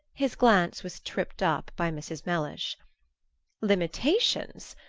his glance was tripped up by mrs. mellish limitations?